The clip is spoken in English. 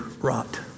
rot